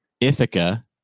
Ithaca